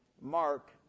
Mark